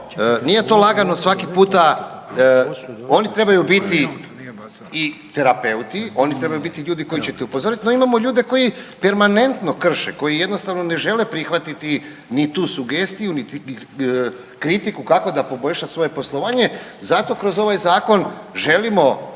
nije to lagano svaki puta. Oni trebaju biti i terapeuti, oni trebaju biti ljudi koji će te upozoriti. No imaju ljudi koji permanentno krše, koji jednostavno ne žele prihvatiti ni tu sugestiju, niti kritiku kako da poboljša svoje poslovanje. Zato kroz ovaj zakon želimo